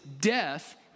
death